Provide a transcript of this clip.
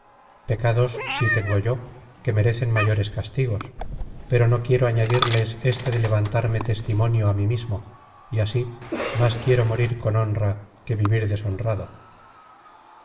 pecados sí tengo yo que merecen mayores castigos pero no quiero añadirles éste de levantarme testimonio á mí mismo y así más quiero morir con honra que vivir deshonrado